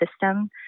system